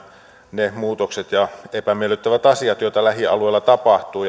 ne muutokset ja epämiellyttävät asiat joita lähialueilla tapahtuu